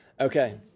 Okay